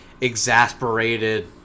exasperated